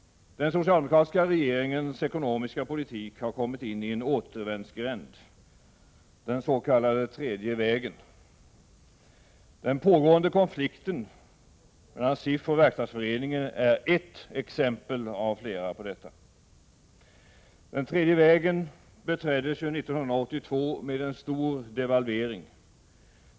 Den socialdemokratiska regeringens ekonomiska politik har kommit in i en återvändsgränd, den s.k. tredje vägen. Den pågående konflikten mellan SIF och Verkstadsföreningen är ett exempel på detta. Den tredje vägen beträddes 1982 med en stör devalvering.